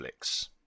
Netflix